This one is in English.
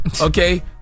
Okay